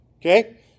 okay